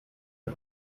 the